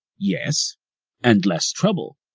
yes and less trouble.